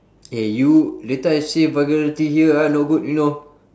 eh you later I say vulgarity here ah no good you know